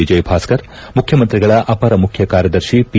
ವಿಜಯಭಾಸ್ಕರ್ ಮುಖ್ಯಮಂತ್ರಿಗಳ ಅಪರ ಮುಖ್ಯಕಾರ್ಯದರ್ಶಿ ಪಿ